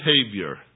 behavior